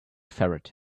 ferret